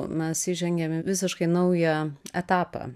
mes įžengėm į visiškai naują etapą